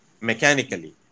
mechanically